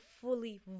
fully